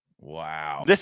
Wow